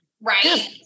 right